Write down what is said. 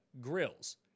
grills